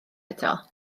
eto